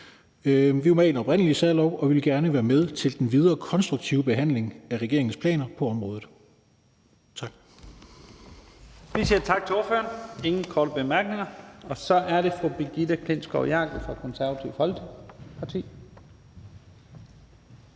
Vi var med i den oprindelige særlov, og vi vil gerne være med til den videre konstruktive behandling af regeringens planer på området. Tak.